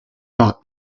par